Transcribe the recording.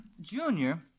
Junior